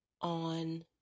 on